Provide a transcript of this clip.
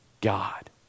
God